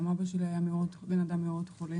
גם אבא שלי היה בנאדם מאוד חולה,